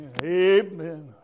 Amen